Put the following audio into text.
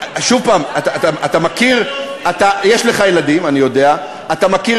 שוב, אתה מכיר, יש לך ילדים, אני יודע, נכון.